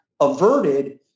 averted